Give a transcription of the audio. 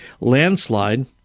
landslide